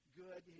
good